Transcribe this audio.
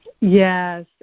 Yes